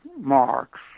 marks